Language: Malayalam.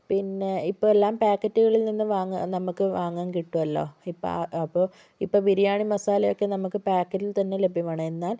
പിന്നേ ഇപ്പോൾ എല്ലാം പാക്കറ്റുകളിൽ നിന്ന് വാങ്ങാൻ നമുക്ക് വാങ്ങാൻ കിട്ടുമല്ലോ അപ്പോൾ ഇപ്പോൾ ബിരിയാണി മസാല ഒക്കേ നമുക്ക് പാക്കറ്റിൽ തന്നേ ലഭ്യമാണ് എന്നാൽ